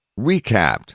Recapped